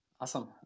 Awesome